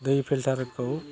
दै फिल्टारखौ